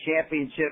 championship